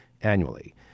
annually